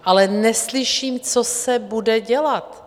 Ale neslyším, co se bude dělat.